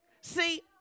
See